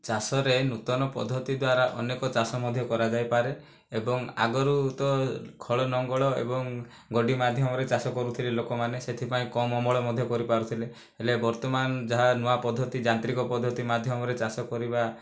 ଚାଷରେ ନୂତନ ପଦ୍ଧତି ଦ୍ୱାରା ଅନେକ ଚାଷ ମଧ୍ୟ କରାଯାଇପାରେ ଏବଂ ଆଗରୁ ତ ଖଳ ଲଙ୍ଗଳ ଏବଂ ଗଡି ମାଧ୍ୟମରେ ଚାଷ କରୁଥିଲେ ଲୋକମାନେ ସେଥିପାଇଁ କମ ଅମଳ ମଧ୍ୟ କରିପାରୁଥିଲେ ହେଲେ ବର୍ତ୍ତମାନ ଯାହା ନୂଆ ପଦ୍ଧତି ଯାନ୍ତ୍ରିକ ପଦ୍ଧତି ମାଧ୍ୟମରେ ଚାଷ କରିବା